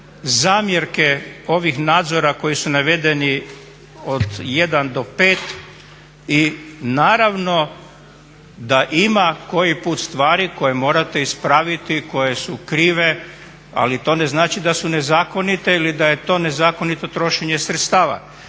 zamjerke ovih nadzora koji su navedeni od 1 do 5 i naravno da ima koji put stvari koje morate ispraviti koje su krive, ali to ne znači da su nezakonite ili da je to nezakonito trošenje sredstava.